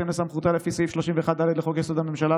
בהתאם לסמכותה לפי סעיף 31(ד) לחוק-יסוד: הממשלה,